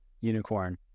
unicorn